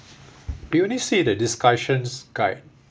we only see the discussions guide